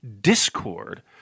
Discord